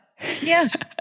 Yes